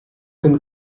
can